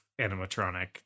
animatronic